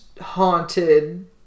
haunted